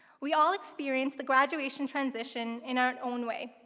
we all experience the graduation transition in our own way.